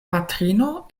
patrino